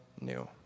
new